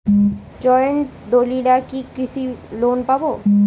Joint দলিলে কি কৃষি লোন পাব?